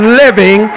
living